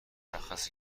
مشخصه